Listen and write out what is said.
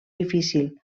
difícil